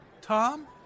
Tom